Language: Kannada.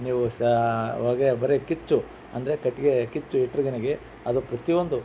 ನೀವು ಸ ಹೊಗೆ ಬರಿ ಕಿಚ್ಚು ಅಂದರೆ ಕಟ್ಟಿಗೆ ಕಿಚ್ಚು ಅದು ಪ್ರತಿಯೊಂದು